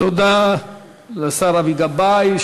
תודה לשר אבי גבאי.